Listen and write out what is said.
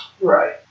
Right